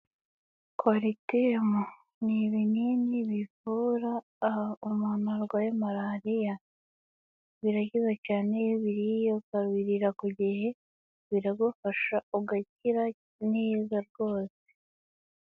Coartem ni ibinini bivura umuntu warwaye malariya, birakiza cyane iyo ubiriye ukabiririra ku gihe, biragufasha ugakira neza rwose.